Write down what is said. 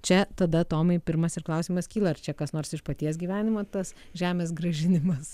čia tada tomai pirmas ir klausimas kyla ar čia kas nors iš paties gyvenimo tas žemės grąžinimas